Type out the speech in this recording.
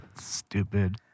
Stupid